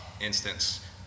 instance